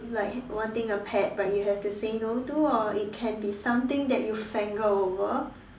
like wanting a pet but you have to say no to or it can be something that you fan girl over